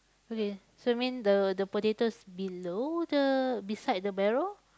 okay so you mean the the potatoes below the beside the barrel